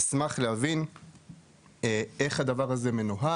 אשמח להבין איך הדבר הזה מנוהל.